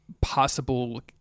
possible